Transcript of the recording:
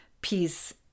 peace